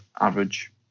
average